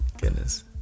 goodness